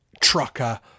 trucker